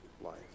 life